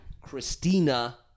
Christina